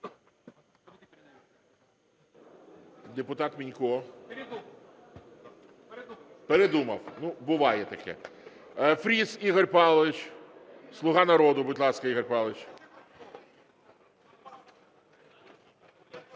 Депутат Мінько. Передумав. Ну, буває таке. Фріс Ігор Павлович, "Суга народу". Будь ласка, Ігор Павлович.